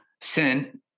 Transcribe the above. sin